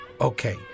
Okay